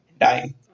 dying